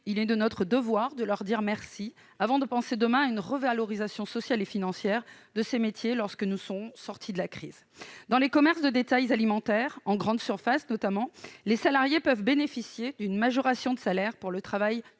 il est de notre devoir de leur dire merci avant de penser, demain, à une revalorisation sociale et financière de leurs métiers, lorsque nous serons sortis de la crise. Dans les commerces de détail alimentaires, en grande surface notamment, les salariés peuvent bénéficier d'une majoration de salaire pour le travail